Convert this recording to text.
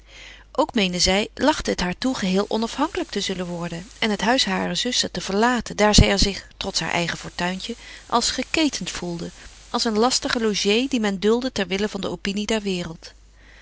ook meende zij lachte het haar toe geheel onafhankelijk te zullen worden en het huis harer zuster te verlaten daar zij er zich trots haar eigen fortuintje als geketend gevoelde als een lastige logée die men duldde ter wille van de opinie der wereld